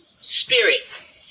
spirits